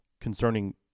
concerning